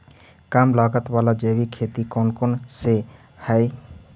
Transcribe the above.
कम लागत वाला जैविक खेती कौन कौन से हईय्य?